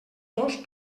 dos